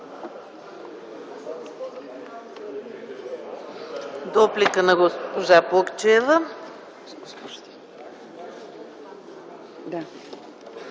Дуплика на госпожа Плугчиева.